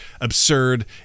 absurd